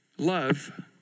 Love